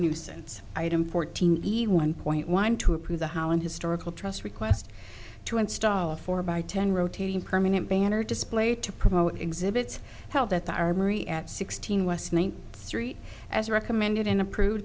nuisance item fourteen the one point one two approve the hauen historical trust request to install a four by ten rotating permanent banner display to promote exhibits held at the armory at sixteen west main street as recommended and approved